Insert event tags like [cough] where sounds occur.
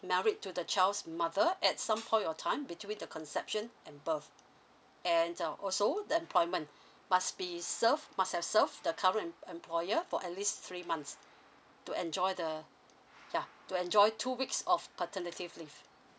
married to the child's mother at some point of time between the conception and birth and uh also the employment [breath] must be served must have served the current em~ employer for at least three months to enjoy the yeah to enjoy two weeks of paternity leave